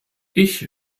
ich